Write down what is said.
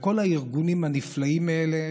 בכל הארגונים הנפלאים האלה,